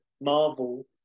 Marvel